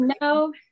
no